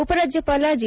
ಉಪರಾಜ್ಯಪಾಲ G